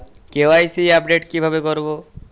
KYC update কিভাবে করবো?